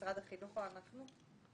משרד החינוך או אנחנו?